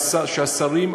שהשרים,